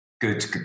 good